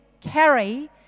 carry